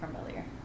familiar